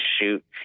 shoot